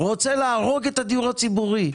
רוצה להרוג את הדיור הציבורי.